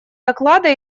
доклада